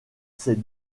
ces